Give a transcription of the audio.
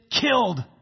killed